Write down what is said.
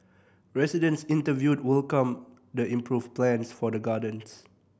residents interviewed welcomed the improved plans for the gardens